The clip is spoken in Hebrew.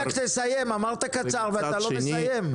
בליאק תסיים, אמרת קצר ואתה לא מסיים.